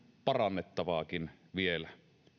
parannettavaakin vielä